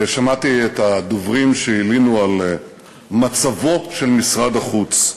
שמעתי את הדוברים שהלינו על מצבו של משרד החוץ.